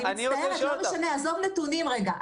אני מצטערת, לא משנה, עזוב נתונים רגע.